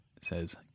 says